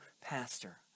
pastor